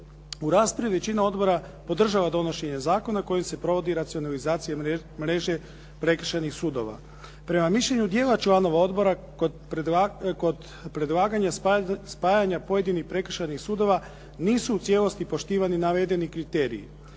U raspravi većina odbora podržava donošenje zakona kojim se provodi racionalizacija mreže prekršajnih sudova. Prema mišljenju dijela članova odbora kod predlaganja spajanja pojedinih prekršajnih sudova nisu u cijelosti poštivani navedeni kriteriji.